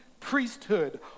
Priesthood